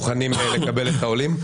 מוכנים לקבל את העולים.